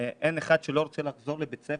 אין אחד שלא רוצה לחזור לבית ספר.